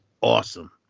awesome